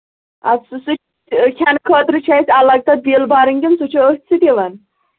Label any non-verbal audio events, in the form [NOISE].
اَچھا [UNINTELLIGIBLE] کھٮ۪نہٕ خٲطرٕ چھِ اَسہِ الگ تَتھ بِل بَرٕنۍ کِنہٕ سُہ چھُ أتھۍ سۭتۍ یِوان